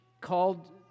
called